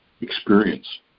experience